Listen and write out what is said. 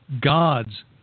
God's